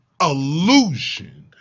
illusion